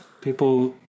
People